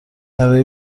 برای